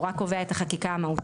הוא רק קובע את החקיקה המהותית.